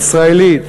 הישראלית,